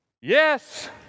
Yes